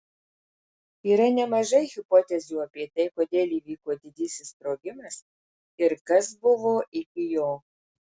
yra nemažai hipotezių apie tai kodėl įvyko didysis sprogimas ir kas buvo iki jo